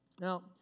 Now